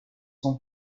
son